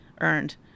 earned